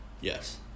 Yes